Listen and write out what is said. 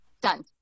Done